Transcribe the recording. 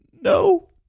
No